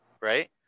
right